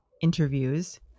interviews